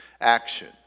action